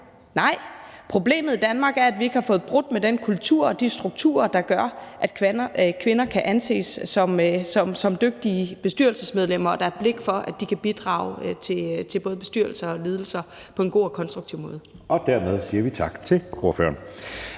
Nej, problemet i Danmark er, at vi ikke har fået brudt med den kultur og de strukturer, der gør, at kvinder kan anses som dygtige bestyrelsesmedlemmer og der er et blik for, at de kan bidrage til både bestyrelser og ledelser på en god og konstruktiv måde. Kl. 17:36 Anden næstformand